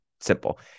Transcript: simple